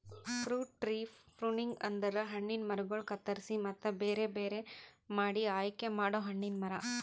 fruit tree pruning ಅಂದುರ್ ಹಣ್ಣಿನ ಮರಗೊಳ್ ಕತ್ತುರಸಿ ಮತ್ತ ಬೇರೆ ಬೇರೆ ಮಾಡಿ ಆಯಿಕೆ ಮಾಡೊ ಹಣ್ಣಿನ ಮರ